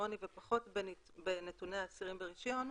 אלקטרוני ופחות בנתוני האסירים ברישיון,